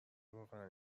واقعا